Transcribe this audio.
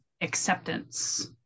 acceptance